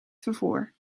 vervoer